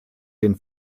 den